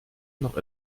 noch